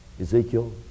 Ezekiel